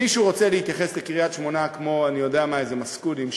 מי שרוצה להתייחס לקריית-שמונה כמו לאיזה "מסכונים",